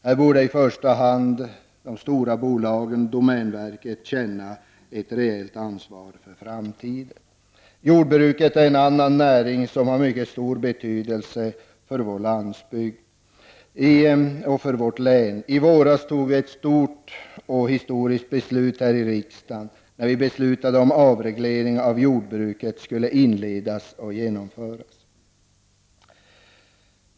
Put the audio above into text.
Här borde i första hand de stora bolagen, som domänverket, känna ett större ansvar för framtiden. Jordbruket är en annan näring, som har mycket stor betydelse för vår landsbygd. I våras togs ett stort och historiskt beslut när riksdagen beslutade att avreglering av jordbruket skulle inledas och genomföras.